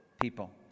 people